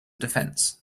defence